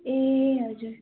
ए हजुर